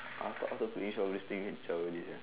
after after finish all this things can chao already sia